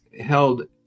held